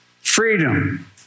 Freedom